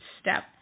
step